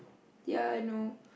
ya I know